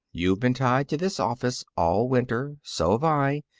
you've been tied to this office all winter. so've i.